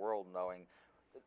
world knowing